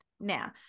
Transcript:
Now